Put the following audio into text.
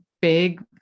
big